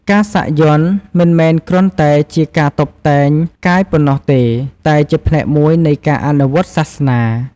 ការសាក់យ័ន្តមិនមែនគ្រាន់តែជាការតុបតែងកាយប៉ុណ្ណោះទេ តែជាផ្នែកមួយនៃការអនុវត្តន៍សាសនា។